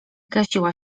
gasiła